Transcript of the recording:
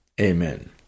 Amen